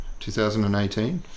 2018